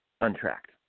Untracked